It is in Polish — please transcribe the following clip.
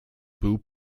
był